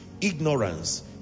Ignorance